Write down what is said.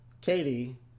Katie